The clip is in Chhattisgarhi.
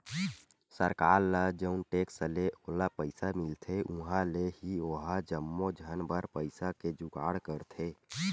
सरकार ल जउन टेक्स ले ओला पइसा मिलथे उहाँ ले ही ओहा जम्मो झन बर पइसा के जुगाड़ करथे